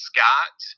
Scott